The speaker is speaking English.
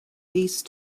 these